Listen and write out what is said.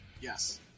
Yes